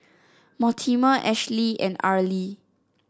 Mortimer Ashley and Arely